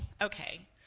okay